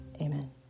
Amen